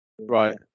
Right